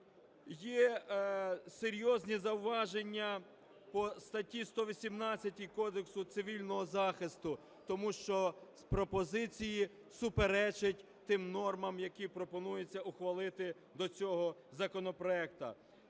є серйозні зауваження по статті 118 Кодексу цивільного захисту. Тому що пропозиції суперечать тим нормам, які пропонується ухвалити до цього законопроекту.